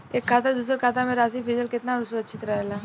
एक खाता से दूसर खाता में राशि भेजल केतना सुरक्षित रहेला?